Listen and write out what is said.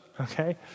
okay